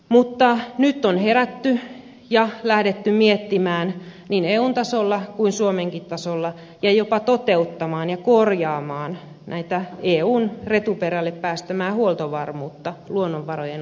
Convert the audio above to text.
mutta nyt on herätty ja lähdetty miettimään niin eun tasolla kuin suomenkin tasolla ja jopa toteuttamaan ja korjaamaan eun retuperälle päästämää huoltovarmuutta luonnonvarojen osalta